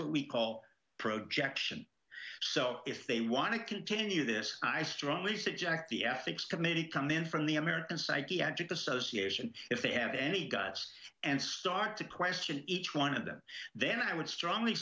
what we call approach action so if they want to continue this i strongly suggest the ethics committee come in from the american psychiatric association if they have any guts and start to question each one of them then i would strongly